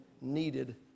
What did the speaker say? needed